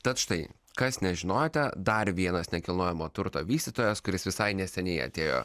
tad štai kas nežinojote dar vienas nekilnojamo turto vystytojas kuris visai neseniai atėjo